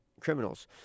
criminals